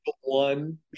one